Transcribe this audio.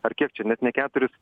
ar kiek čia net ne keturis